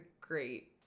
great